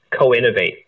co-innovate